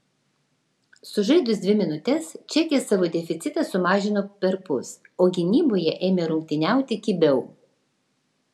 sužaidus dvi minutes čekės savo deficitą sumažino perpus o gynyboje ėmė rungtyniauti kibiau